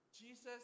Jesus